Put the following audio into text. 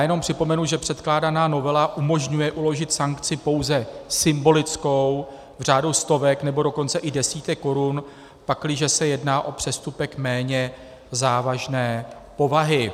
Jenom připomenu, že předkládaná novela umožňuje uložit sankci pouze symbolickou v řádu stovek, nebo dokonce i desítek korun, pakliže se jedná o přestupek méně závažné povahy.